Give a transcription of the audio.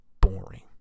boring